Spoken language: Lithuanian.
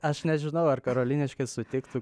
aš nežinau ar karoliniškės sutiktų